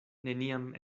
neniam